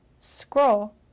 scroll